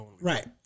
Right